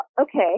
okay